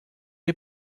est